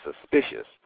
suspicious